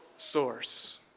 Source